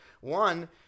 One